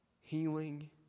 healing